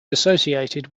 associated